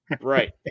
right